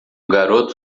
garoto